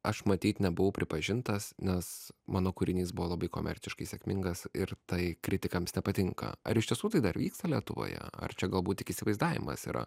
aš matyt nebuvau pripažintas nes mano kūrinys buvo labai komerciškai sėkmingas ir tai kritikams nepatinka ar iš tiesų tai dar vyksta lietuvoje ar čia galbūt tik įsivaizdavimas yra